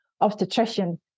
obstetrician